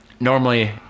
normally